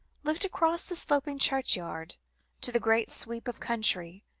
looked across the sloping churchyard to the great sweep of country,